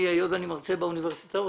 היות ואני מרצה באוניברסיטאות,